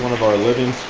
of our living